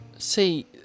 See